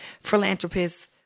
philanthropist